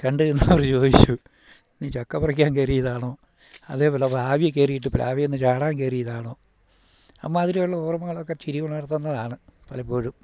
കണ്ട് നിന്നവർ ചോദിച്ചു നീ ചക്കപ്പറിക്കാൻ കേറിയതാണോ അതേപോലെ പ്ലാവിൽ കയറിയിട്ട് പ്ലാവിൽ നിന്ന് ചാടാൻ കയറിയതാണോ അമ്മാതിരിയുള്ള ഓർമ്മങ്ങളൊക്കെ ചിരി ഉണർത്തുന്നതാണ് പലപ്പോഴും